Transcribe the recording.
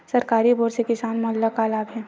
सरकारी बोर से किसान मन ला का लाभ हे?